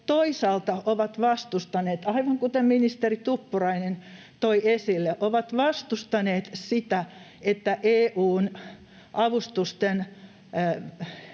toisaalta ovat vastustaneet — aivan kuten ministeri Tuppurainen toi esille — sitä, että EU:n avustusten